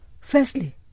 firstly